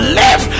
live